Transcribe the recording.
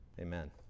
Amen